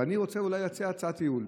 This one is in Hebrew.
אבל אני רוצה להציע הצעת ייעול.